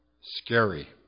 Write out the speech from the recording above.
Scary